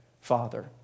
Father